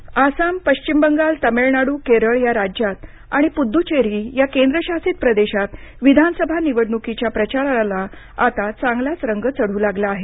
निवडणूक प्रचार आसाम पश्चिम बंगाल तामिळनाडू केरळ या राज्यात आणि पुद्दचेरी या केंद्र शासित प्रदेशात विधान सभा निवडणुकीच्या प्रचाराला आता चांगलाच रंग चढू लागला आहे